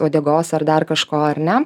uodego ar dar kažko ar ne